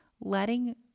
letting